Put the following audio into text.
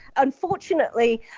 unfortunately,